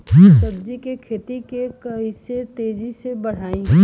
सब्जी के खेती के कइसे तेजी से बढ़ाई?